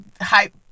hype